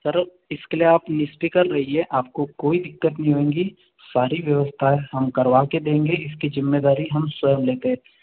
sir इसके लिए आप रहिये आपको कोई दिक्कत नहीं होगी सारी व्यवस्थाएं हम करवा के देंगे इसकी ज़िम्मेदारी हम स्वयं लेते हैं